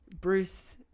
Bruce